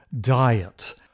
diet